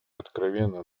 откровенно